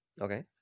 Okay